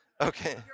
Okay